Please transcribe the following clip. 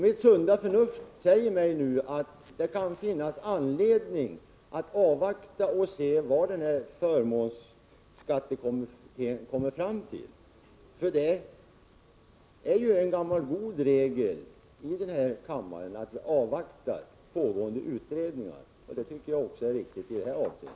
Mitt sunda förnuft säger mig nu att det kan finnas anledning att avvakta och se vad förmånsskattekommittén kommer fram till. Det är ju en gammal god regel i denna kammare att vi avvaktar pågående utredningar, och det tycker jag är riktigt också i detta fall.